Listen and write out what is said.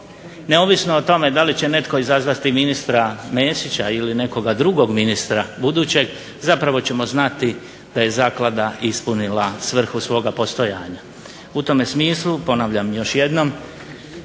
neovisno o tome da li će netko izazvati ministra Mesića ili nekog drugog ministra budućeg, zapravo ćemo znati da je zaklada ispunila svrhu svoga postojanja. U tome smislu ponavljam još jednom,